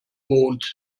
mond